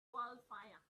wildfire